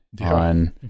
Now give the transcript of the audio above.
on